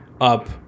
up